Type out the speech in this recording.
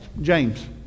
James